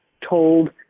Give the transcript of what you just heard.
told